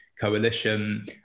coalition